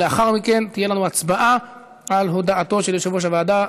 ולאחר מכן תהיה לנו הצבעה על הודעתו של יושב-ראש הוועדה.